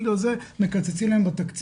בגלל זה מקצצים להם בתקציב,